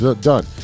done